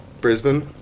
Brisbane